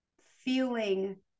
feeling